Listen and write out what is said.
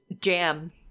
jam